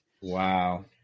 wow